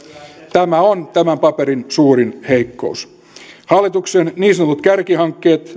tämä on tämän paperin suurin heikkous hallituksen niin sanotut kärkihankkeet